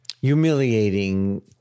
Humiliating